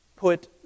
put